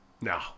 No